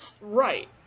Right